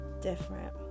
different